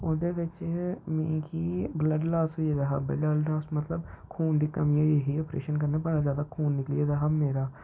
ओह्दे बिच्च मिगी बल्ड लास होई गेदा हा बल्ड लास मतलब खून दी कमी होई गेदी ही प्रेशन कन्नै बड़ा ज्यादा खून निकली गेदा हा मेरा